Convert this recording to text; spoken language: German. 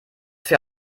für